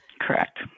Correct